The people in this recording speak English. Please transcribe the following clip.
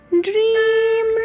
Dream